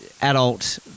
adult